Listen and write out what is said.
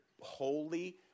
Holy